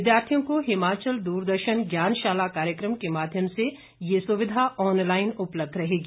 विद्यार्थियों को हिमाचल द्रदर्शन ज्ञानशाला कार्यक्रम के माध्यम से ये सुविधा ऑनलाईन उपलब्ध रहेगी